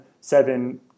seven